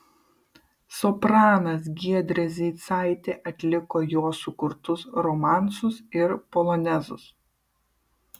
sopranas giedrė zeicaitė atliko jo sukurtus romansus ir polonezus